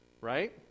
right